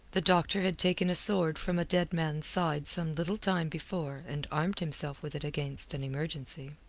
the doctor had taken a sword from a dead man's side some little time before and armed himself with it against an emergency.